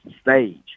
stage